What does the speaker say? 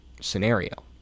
scenario